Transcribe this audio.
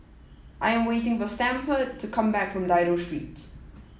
I am waiting for Stanford to come back from Dido Street